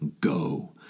go